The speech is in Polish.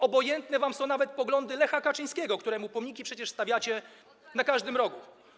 Obojętne wam są nawet poglądy Lecha Kaczyńskiego, któremu pomniki przecież stawiacie na każdym rogu.